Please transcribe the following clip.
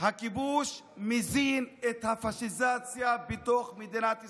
שהכיבוש מזין את הפשיזציה בתוך מדינת ישראל.